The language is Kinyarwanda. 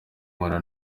mula